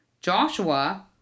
Joshua